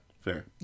Fair